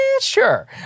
sure